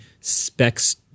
specs